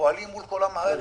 פועלים מול כל המערכת,